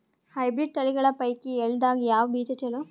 Hybrid ತಳಿಗಳ ಪೈಕಿ ಎಳ್ಳ ದಾಗ ಯಾವ ಬೀಜ ಚಲೋ?